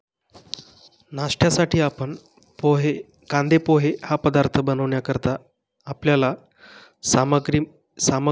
नाष्ट्यासाठी आपण पोहे कांदेपोहे हा पदार्थ बनवण्याकरता आपल्याला सामग्रीम सामग्रीमध्ये